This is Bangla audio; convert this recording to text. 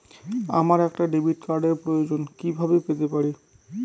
আমার একটা ডেবিট কার্ডের প্রয়োজন কিভাবে পেতে পারি?